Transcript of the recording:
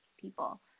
people